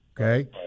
okay